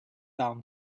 down